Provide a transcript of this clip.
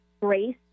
grace